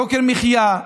יוקר המחיה.